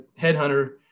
headhunter